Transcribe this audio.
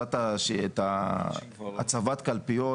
עושה את הצבת קלפיות